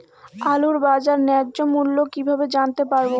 আলুর বাজার ন্যায্য মূল্য কিভাবে জানতে পারবো?